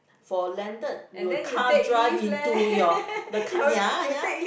for landed your car drive into your the car ya ya